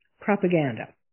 Propaganda